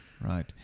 Right